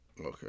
Okay